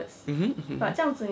mmhmm